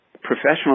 professional